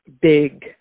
big